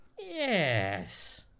Yes